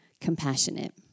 compassionate